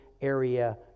area